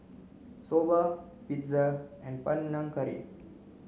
Soba Pizza and Panang Curry